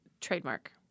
Trademark